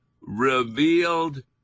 revealed